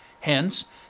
Hence